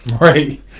right